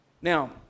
now